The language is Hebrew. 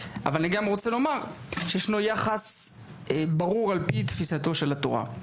אבל אני גם רוצה לומר שיש יחס ברור על פי תפיסתו של התורה.